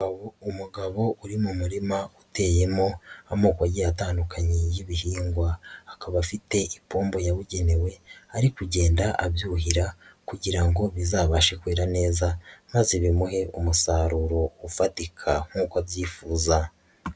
Umugabo uri mu murima uteyemo amoko agiye atandukanye y'ibihingwa, akaba afite ipombo yabugenewe ari kugenda abyuhira kugira ngo bizabashe kwera neza maze bimuhe umusaruro ufatika nk'uko abyifuza.